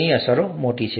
તેથી અસરો મોટી છે